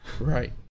Right